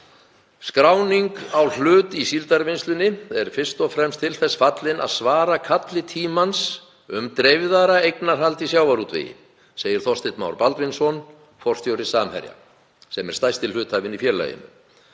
„Skráning á hlut í Síldarvinnslunni er fyrst og fremst til þess fallin að svara kalli tímans um dreifðara eignarhald í sjávarútvegi, segir Þorsteinn Már Baldvinsson, forstjóri Samherja, sem er stærsti hluthafinn í félaginu.